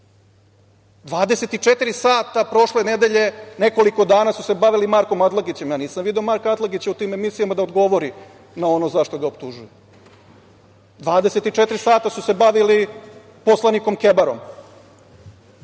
sata prošle nedelje nekoliko dana su bavili Markom Atlagićem, ja nisam video Marka Atlagića u tim emisijama da odgovori na ono zašto ga optužuju. Dvadeset i četiri sata su se bavili poslanikom Kebarom,